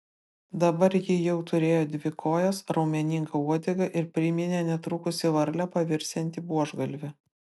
dabar ji jau turėjo dvi kojas raumeningą uodegą ir priminė netrukus į varlę pavirsiantį buožgalvį